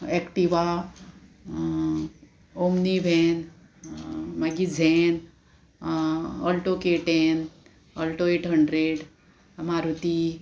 Activa omni van zen alto K ten alto eight hundred Maruti